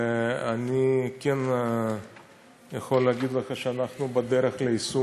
ואני כן יכול להגיד לך שאנחנו בדרך ליישום.